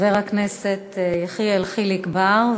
חבר הכנסת יחיאל חיליק בר,